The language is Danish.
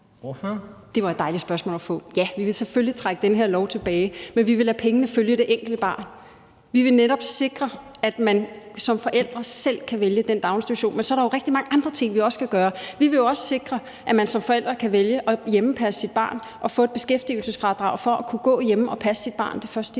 Det var et dejligt spørgsmål at få. Ja, vi vil selvfølgelig trække den her lov tilbage, men vi vil lade pengene følge det enkelte barn. Vi vil netop sikre, at man som forælder selv kan vælge daginstitution. Men så er der jo rigtig mange andre ting, vi også vil gøre. Vi vil også sikre, at man som forælder kan vælge at hjemmepasse sit barn og få et beskæftigelsesfradrag for at kunne gå hjemme og passe sit barn de første